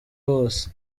wose